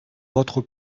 votre